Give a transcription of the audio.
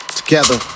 together